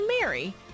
Mary